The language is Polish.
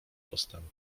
postępku